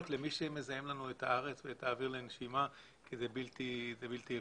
למי שמזהם לנו את הארץ ואת האוויר לנשימה כי זה בלתי אפשרי.